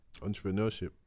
entrepreneurship